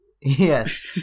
Yes